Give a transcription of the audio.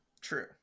True